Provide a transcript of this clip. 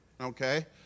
Okay